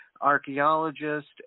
Archaeologist